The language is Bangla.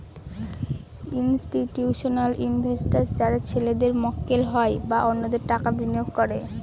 ইনস্টিটিউশনাল ইনভেস্টার্স যারা ছেলেদের মক্কেল হয় বা অন্যদের টাকা বিনিয়োগ করে